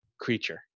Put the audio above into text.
creature